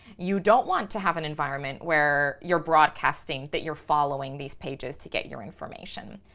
you don't want to have an environment where you're broadcasting that you're following these pages to get your information.